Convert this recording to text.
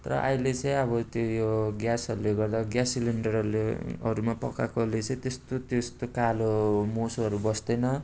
तर अहिले चाहिँ अब त यो ग्यासहरूले गर्दा ग्यास सिलिन्डरहरूले हरूमा पकाएकोले चाहिँ त्यस्तो त्यस्तो कालो मोसोहरू बस्दैन